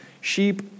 sheep